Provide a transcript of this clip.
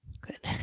Good